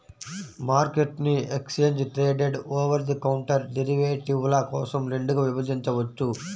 మార్కెట్ను exchange traded, over the counter డెరివేటివ్ల కోసం రెండుగా విభజించవచ్చు